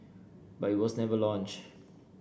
but it was never launched